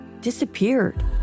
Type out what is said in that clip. disappeared